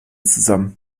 zusammen